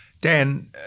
Dan